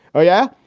oh, yeah.